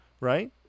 right